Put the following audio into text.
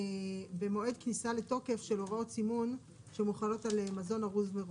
במועד כניסה לתוקף של הוראות סימון שמוחלות על מזון ארוז מראש.